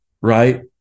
right